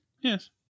Yes